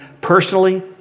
personally